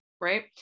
right